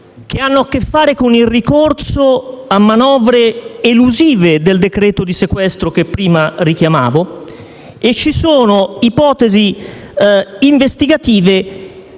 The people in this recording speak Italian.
investigative di ricorso a manovre elusive del decreto di sequestro che prima richiamavo; ci sono ipotesi investigative